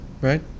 right